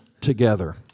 together